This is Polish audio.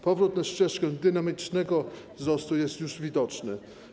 Powrót na ścieżkę dynamicznego wzrostu jest już widoczny.